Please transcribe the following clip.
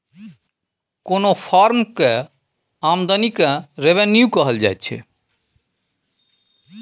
कोनो फर्म केर आमदनी केँ रेवेन्यू कहल जाइ छै